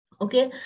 Okay